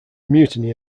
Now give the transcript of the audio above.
mutiny